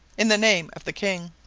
in the name of the king.